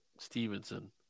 Stevenson